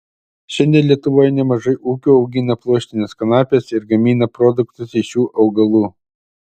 šiandien lietuvoje nemažai ūkių augina pluoštines kanapes ir gamina produktus iš šių augalų